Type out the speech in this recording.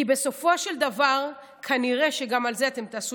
כי בסופו של דבר כנראה גם על זה אתם תעשו